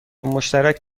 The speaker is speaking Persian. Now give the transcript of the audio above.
مشترک